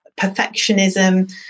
perfectionism